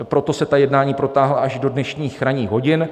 Proto se ta jednání protáhla až do dnešních ranních hodin.